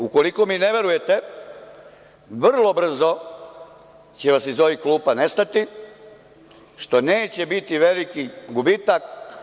Ukoliko mi ne verujete, vrlo brzo će vas iz ovih klupa nestati, što neće biti veliki gubitak.